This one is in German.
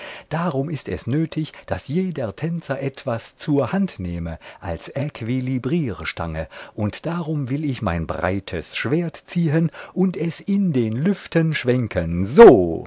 darum ist es nötig daß jeder tänzer etwas zur hand nehme als äquilibrierstange und darum will ich mein breites schwert ziehen und es in den lüften schwenken so